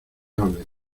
orden